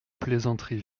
plaisanteries